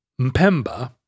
Mpemba